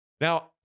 now